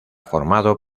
formado